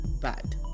Bad